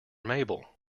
mabel